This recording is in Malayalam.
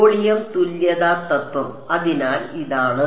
വോളിയം തുല്യത തത്വംഅതിനാൽ ഇതാണ്